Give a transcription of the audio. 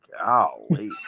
golly